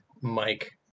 Mike